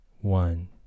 one